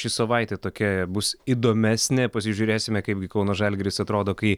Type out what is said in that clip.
ši savaitė tokia bus įdomesnė pasižiūrėsime kaip gi kauno žalgiris atrodo kai